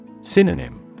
Synonym